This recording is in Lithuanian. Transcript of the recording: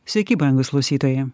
sveiki brangūs klausytojai